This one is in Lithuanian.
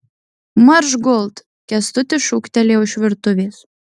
marš gult kęstutis šūktelėjo iš virtuvės